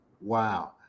Wow